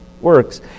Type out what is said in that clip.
works